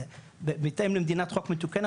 אלא בהתאם למדינת חוק מתוקנת,